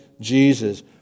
Jesus